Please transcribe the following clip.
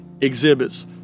exhibits